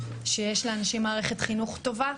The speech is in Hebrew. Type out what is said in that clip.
שיש לאנשים מערכת חינוך טובה,